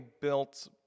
built